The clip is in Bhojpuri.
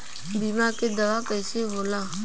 बीमा के दावा कईसे होला?